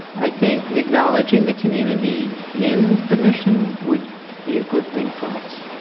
i think acknowledging the community in the mission would be a good thing for us.